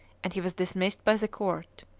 and he was dismissed by the court.